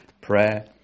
prayer